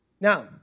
Now